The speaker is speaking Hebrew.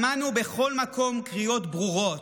שמענו בכל מקום קריאות ברורות: